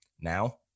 Now